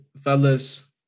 Fellas